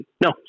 no